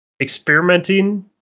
experimenting